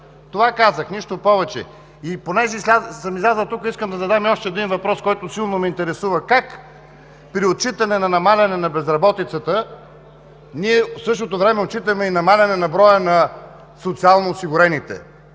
Това казах. Нищо повече. И понеже съм излязъл тук, искам да задам още един въпрос, който силно ме интересува: как при отчитане на намаляване на безработицата, в същото време отчитаме и намаляване броя на социално осигурените?